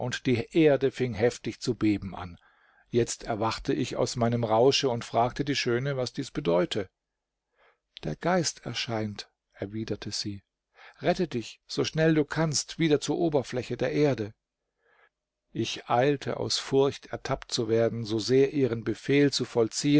die erde fing heftig zu beben an jetzt erwachte ich aus meinem rausche und fragte die schöne was dies bedeute der geist erscheint erwiderte sie rette dich so schnell du kannst wieder zur oberfläche der erde ich eilte aus furcht ertappt zu werden so sehr ihren befehl zu vollziehen